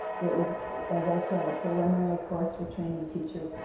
it was as i said, a preliminary course for training teachers,